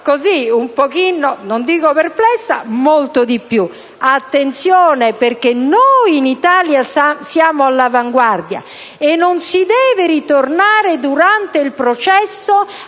un pochino, non dico perplessa, ma molto di più. Attenzione, perché noi in Italia siamo all'avanguardia e non si deve ritornare, durante il processo,